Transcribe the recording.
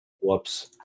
Whoops